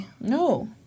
No